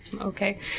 Okay